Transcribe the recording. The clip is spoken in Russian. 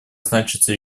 значатся